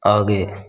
आगे